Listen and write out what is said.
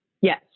Yes